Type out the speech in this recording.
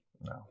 No